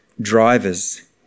drivers